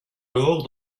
alors